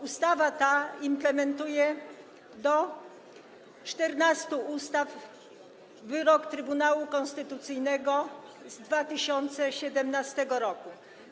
Ustawa ta implementuje do 14 ustaw wyrok Trybunału Konstytucyjnego z 2017 r.